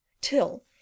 till